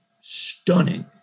stunning